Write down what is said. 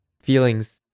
feelings